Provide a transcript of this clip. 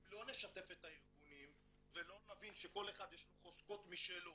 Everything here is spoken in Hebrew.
אם לא נשתף את הארגונים ולא נבין שלכל אחד יש חוזקות משלו